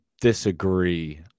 disagree